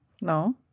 No